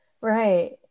Right